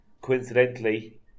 coincidentally